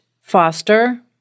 foster